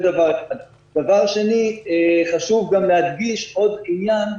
דבר שני, חשוב גם להדגיש עוד עניין.